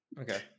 Okay